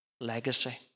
Legacy